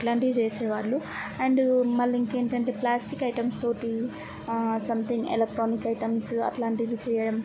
అట్లాంటివి చేసే వాళ్ళు అండ్ మళ్ళీ ఇంకేంటంటే ప్లాస్టిక్ ఐటెమ్స్తో సంథింగ్ ఎలక్ట్రానిక్ ఐటెమ్స్ అట్లాంటివి చేయడం